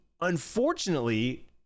unfortunately